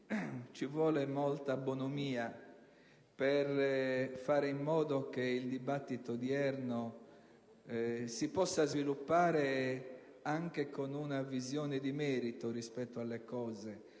ci vuole molta bonomia per fare in modo che il dibattito odierno si possa sviluppare anche con una visione di merito rispetto alle cose,